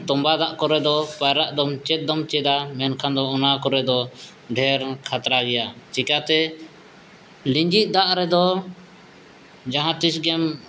ᱛᱚᱢᱵᱟᱣ ᱫᱟᱜ ᱠᱚᱨᱮ ᱫᱚ ᱯᱟᱭᱨᱟᱜ ᱫᱚᱢ ᱪᱮᱫᱟ ᱢᱮᱱᱠᱷᱟᱱ ᱫᱚ ᱚᱱᱟ ᱠᱚᱨᱮᱫᱚ ᱰᱷᱮᱨ ᱠᱷᱟᱛᱨᱟ ᱜᱮᱭᱟ ᱪᱮᱠᱟᱛᱮ ᱞᱤᱸᱡᱤᱜ ᱫᱟᱜ ᱨᱮᱫᱚ ᱡᱟᱦᱟᱸ ᱛᱤᱥᱜᱮᱢ